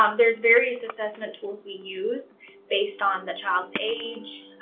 um there's various assessment tools we use based on the child's age,